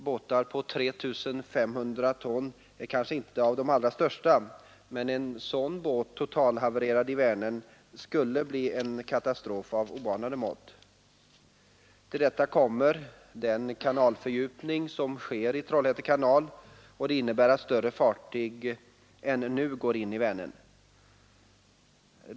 Båtar på 3 500 ton är kanske inte de allra största, men en sådan båt totalhavererad i Vänern skulle medföra en katastrof av oanade mått. Till detta kommer att den kanalfördjupning som sker i Trollhätte kanal innebär att större fartyg än nu kommer att gå in i Vänern.